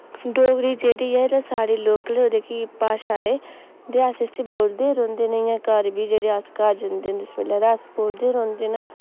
डोगरी जेह्ड़ी ऐ ते साढ़ी लोकल जेह्की भाशा ऐ ते अस इस्सी बोलदे रौह्ंदे न इ'यां घर बी जेह्ड़े अस घर जंदे न जिस बेल्लै ते अस बोलदे रौह्ंदे न